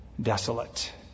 desolate